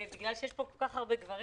ובגלל שיש פה הרבה גברים